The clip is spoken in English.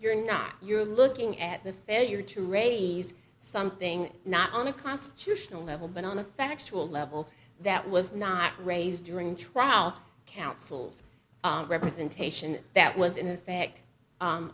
you're not you're looking at the failure to raise something not on a constitutional level but on a factual level that was not raised during trout council's representation that was in effect